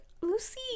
Lucy